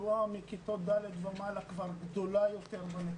התחלואה מכיתות ד' ומעלה כבר גדולה יותר.